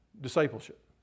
discipleship